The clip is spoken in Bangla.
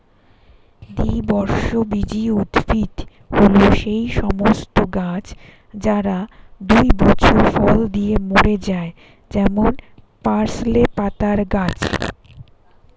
দ্বিবর্ষজীবী উদ্ভিদ হল সেই সমস্ত গাছ যারা দুই বছর ফল দিয়ে মরে যায় যেমন পার্সলে পাতার গাছ